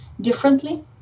differently